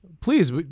please